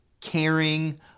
caring